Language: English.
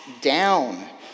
down